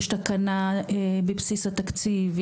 יש תקנה בבסיס התקציב,